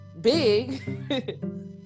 big